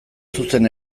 zuzen